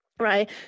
Right